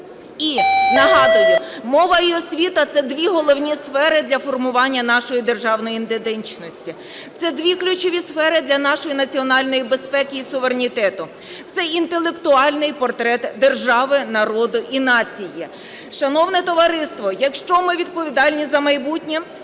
І нагадую, мова і освіта – це дві головні сфери для формування нашої державної ідентичності, це дві ключові сфери для нашої національної безпеки і суверенітету, це інтелектуальний портрет держави, народу і нації. Шановне товариство, якщо ми відповідальні за майбутнє,